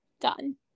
done